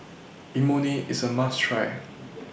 Imoni IS A must Try